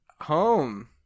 home